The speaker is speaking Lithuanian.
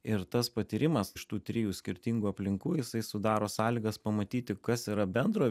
ir tas patyrimas iš tų trijų skirtingų aplinkų jisai sudaro sąlygas pamatyti kas yra bendro